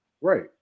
Right